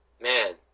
man